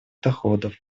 доходов